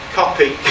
copy